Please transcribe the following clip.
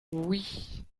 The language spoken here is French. oui